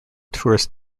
tourist